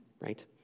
right